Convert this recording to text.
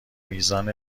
میزان